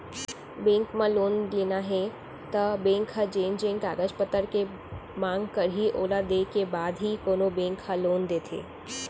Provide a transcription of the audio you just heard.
bank म loan लेना हे त बेंक ह जेन जेन कागज पतर के मांग करही ओला देय के बाद ही कोनो बेंक ह लोन देथे